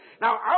Now